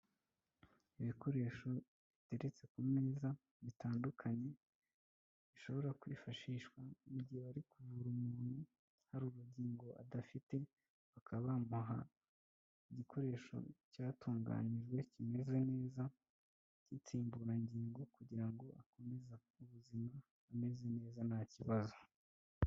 Ibikoresho biteretse ku meza bitandukanye bishobora kwifashishwa mu gihe burikuvura muntu, hari ubugingo adafite, bakabambaha igikoresho cyatunganijwe kimeze neza cy'insimburangingo kugira ngo akomeze ubuzima ameze neza nta kibazo.